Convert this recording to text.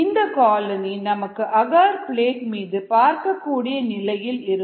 இந்த காலனி நமக்கு agar plate மீது பார்க்கக்கூடிய நிலையில் இருக்கும்